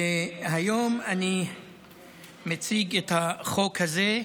והיום אני מציג את החוק הזה,